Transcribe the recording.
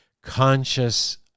conscious